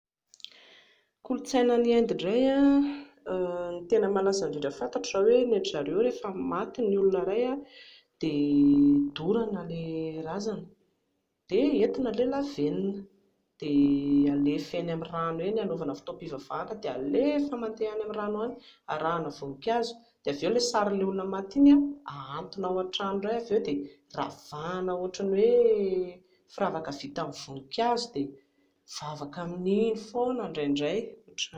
Ny kolotsaina any Inde indray a, ny tena malaza indrindra fantatro izao hoe ny an-dry zareo rehefa maty ny olona iray dia dorana ilay razana, dia entina ilay lavenona, dia alefa eny amin'ny rano eny hanaovana fotoam-pivavahana dia alefa mandeha any amin'ny rano any arahana voninkazo, dia avy eo ilay sarin'ilay olona maty iny a hahantona ao an-trano indray avy eo dia ravahana ohatran'ny hoe firavaka vita amin'ny voninkazo dia mivavaka amin'iny foana indraindray, dia izay